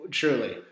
truly